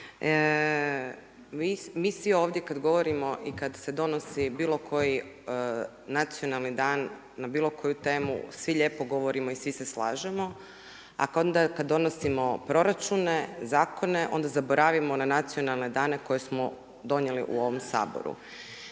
mi svi ovdje kada govorimo i kada se donosi bilo koji nacionalni dan na bilo koju temu, svi lijepo govorimo i svi se slažemo. A onda kada donosimo proračune, zakone, onda zaboravimo na nacionalne dane koje smo donijeli u ovom Saboru.